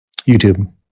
YouTube